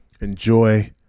Enjoy